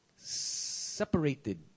separated